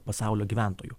pasaulio gyventojų